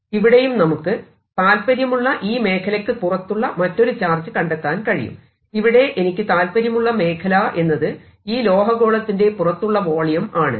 ഇവിടെയും നമുക്ക് താൽപ്പര്യമുള്ള ഈ മേഖലയ്ക്കു പുറത്തുള്ള മറ്റൊരു ചാർജ് കണ്ടെത്താൻ കഴിയും ഇവിടെ എനിക്ക് താല്പര്യമുള്ള മേഖല എന്നത് ഈ ലോഹ ഗോളത്തിന്റെ പുറത്തുള്ള വോളിയം ആണ്